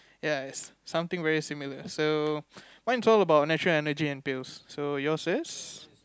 ya is something very similar so mine's all about natural energy and pills so yours is